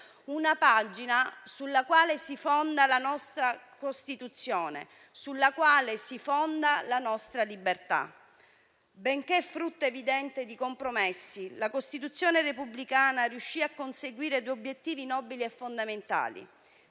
una pagina sulla quale si fonda la nostra Costituzione, sulla quale si fonda la nostra libertà. Benché frutto evidente di compromessi, la Costituzione repubblicana riuscì a conseguire due obiettivi nobili e fondamentali: